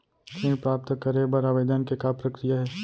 ऋण प्राप्त करे बर आवेदन के का प्रक्रिया हे?